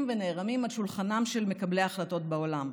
ונערמים על שולחנם של מקבלי ההחלטות בעולם.